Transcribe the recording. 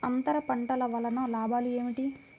అంతర పంటల వలన లాభాలు ఏమిటి?